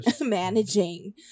Managing